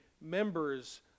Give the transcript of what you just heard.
members